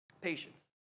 Patience